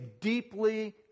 deeply